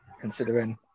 considering